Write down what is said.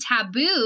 taboo